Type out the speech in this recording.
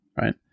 right